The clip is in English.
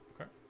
Okay